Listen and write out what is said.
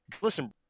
listen